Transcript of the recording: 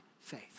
faith